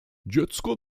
dziecko